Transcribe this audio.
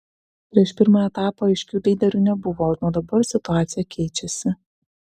prieš pirmą etapą aiškių lyderių nebuvo o nuo dabar situacija keičiasi